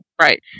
Right